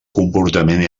comportament